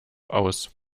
aus